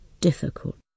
difficult